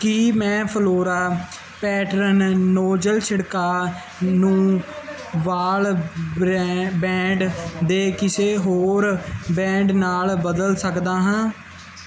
ਕੀ ਮੈਂ flora pattern nozzle ਛਿੜਕਾਅ ਨੂੰ ਵਾਲ ਬਰੈਂ ਬੈਂਡ ਦੇ ਕਿਸੇ ਹੋਰ ਬੈਂਡ ਨਾਲ ਬਦਲ ਸਕਦਾ ਹਾਂ